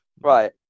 Right